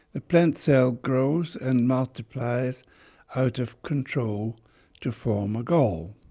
the plant cell grows and multiplies out of control to form a gall.